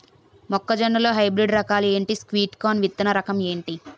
మొక్క జొన్న లో హైబ్రిడ్ రకాలు ఎంటి? స్వీట్ కార్న్ విత్తన రకం ఏంటి?